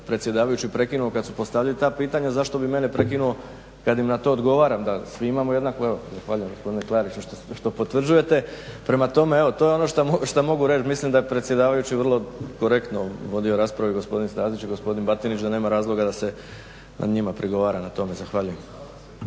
predsjedavajući prekinuo kada su postavljali ta pitanja zašto bi mene prekinuo kada im na to odgovaram da svi imamo jednako, evo zahvaljujem gospodine Klariću što potvrđujete. Prema tome, evo to je ono što mogu reći, mislim da je predsjedavajući vrlo korektno vodio raspravu i gospodin Stazić i gospodin Batinić da nema razloga da se njima prigovara na tome. Zahvaljujem.